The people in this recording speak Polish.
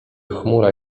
chmura